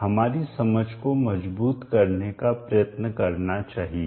हमारी समझ को मजबूत करने का प्रयत्न करना चाहिए